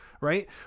right